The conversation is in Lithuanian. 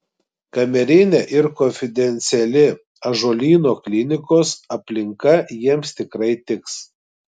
kamerinė ir konfidenciali ąžuolyno klinikos aplinka jiems tikrai tiks